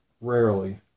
Rarely